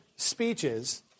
Speeches